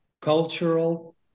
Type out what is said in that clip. cultural